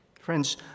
Friends